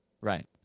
right